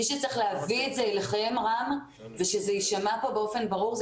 מי שצריך להביא את זה אליכם ושזה יישמע כאן באופן ברור,